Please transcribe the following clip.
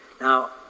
Now